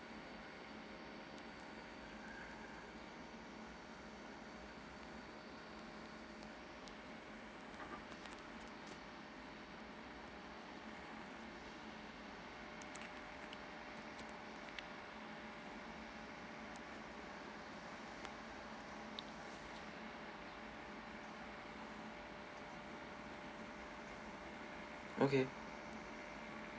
okay